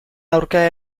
aurka